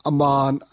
Aman